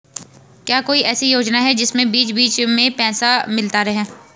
क्या कोई ऐसी योजना है जिसमें बीच बीच में पैसा मिलता रहे?